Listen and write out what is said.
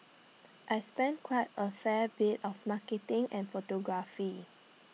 I spend quite A fair bit of marketing and photography